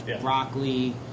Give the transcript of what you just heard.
broccoli